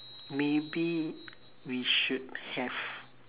maybe we should have